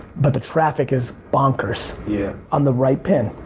but the traffic is bonkers. yeah. on the right pin.